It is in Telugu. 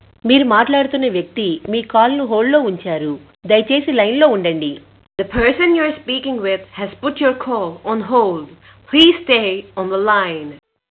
మీరు మాట్లాడుతున్న వ్యక్తి మీ కాల్ను హోల్డ్లో ఉంచారు దయచేసి లైన్లో ఉండండి the person you are speaking with has put your call on hold please stay on the line